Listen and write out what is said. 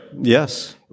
Yes